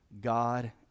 God